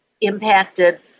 impacted